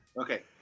Okay